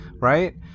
right